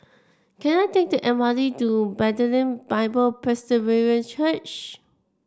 can I take the M R T to Bethlehem Bible Presbyterian Church